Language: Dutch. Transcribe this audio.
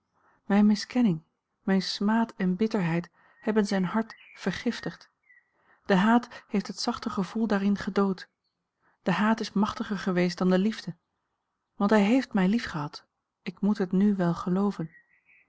mijne miskenning mijn smaad en bitterheid hebben zijn hart vergiftigd de haat heeft het zachter gevoel daarin gedood de haat is machtiger geweest dan de liefde want hij heeft mij liefgehad ik moet het n wel gelooven